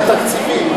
זה תקציבים.